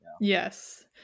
Yes